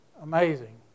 amazing